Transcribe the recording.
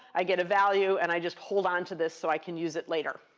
i get a value, and i just hold on to this so i can use it later.